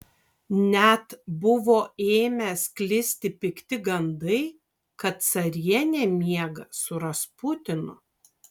net buvo ėmę sklisti pikti gandai kad carienė miega su rasputinu